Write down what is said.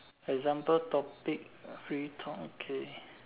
example topic free talk okay